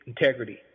integrity